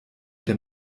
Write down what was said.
der